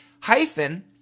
Hyphen